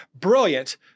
brilliant